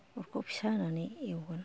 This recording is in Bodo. अरखौ फिसा होनानै एवगोन